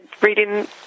reading